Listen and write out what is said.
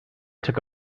took